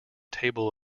table